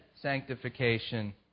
sanctification